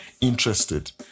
interested